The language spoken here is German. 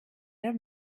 der